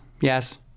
Yes